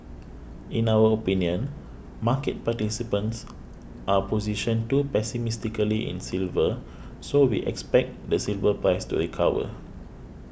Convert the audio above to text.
in our opinion market participants are positioned too pessimistically in silver so we expect the silver price to recover